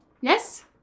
yes